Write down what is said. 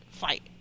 fight